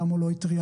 למה הוא לא התריע,